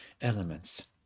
elements